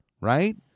right